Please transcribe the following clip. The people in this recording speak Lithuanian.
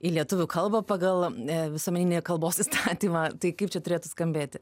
į lietuvių kalbą pagal visuomeninį kalbos įstatymą tai kaip čia turėtų skambėti